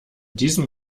diesem